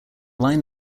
line